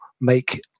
make